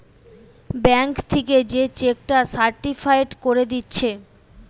bank থিকে যে cheque টা সার্টিফায়েড কোরে দিচ্ছে